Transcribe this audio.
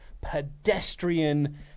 pedestrian